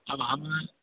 अब हम